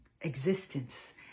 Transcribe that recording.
existence